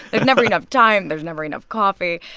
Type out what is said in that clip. there's never enough time. there's never enough coffee.